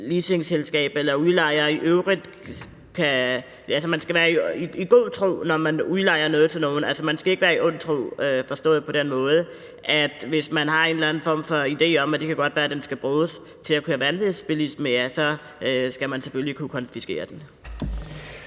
leasingselskab eller udlejer i øvrigt ikke skal være i god tro, når man udlejer noget til nogen. Altså, man skal være i god tro og ikke i ond tro forstået på den måde, at hvis man har en eller anden form for idé om, at det godt kan være, den skal bruges til at køre vanvidsbilisme, skal den selvfølgelig kunne konfiskeres.